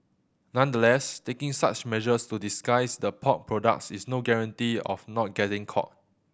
nonetheless taking such measures to disguise the pork products is no guarantee of not getting caught